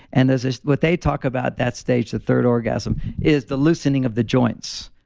and this is what they talk about that stage, the third orgasm is the loosening of the joints.